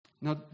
Now